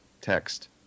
text